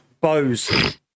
bows